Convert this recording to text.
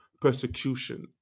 persecution